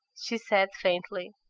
she said, faintly.